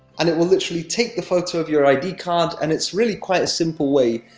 and it will literally take the photo of your id card. and it's really quite a simple way,